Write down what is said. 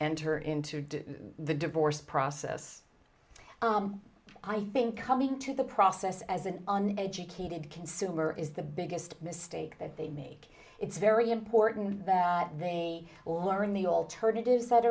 enter into the divorce process i think coming to the process as an educated consumer is the biggest mistake that they make it's very important that they all are in the alternatives that